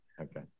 okay